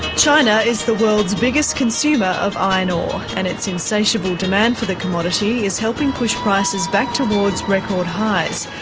china is the world's biggest consumer of iron ore, and its insatiable demand for the commodity is helping push prices back towards record highs.